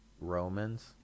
Romans